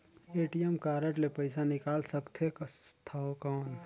ATM card ले पइसा निकाल सकथे थव कौन?